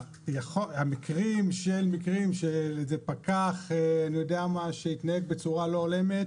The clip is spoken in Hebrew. המקרים של פקח שהתנהג בצורה לא הולמת